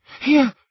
Here